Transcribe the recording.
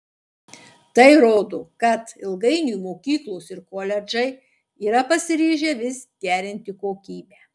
tai rodo kad ilgainiui mokyklos ir koledžai yra pasiryžę vis gerinti kokybę